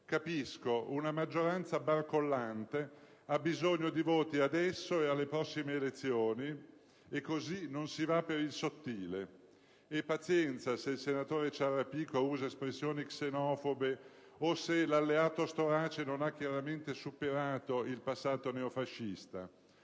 Capisco: una maggioranza barcollante ha bisogno di voti, adesso e alle prossime elezioni, e così non si va per il sottile e pazienza se il senatore Ciarrapico usa espressioni xenofobe, o se l'alleato Storace non ha chiaramente superato il passato neofascista.